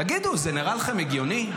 תגידו, זה נראה לכם הגיוני?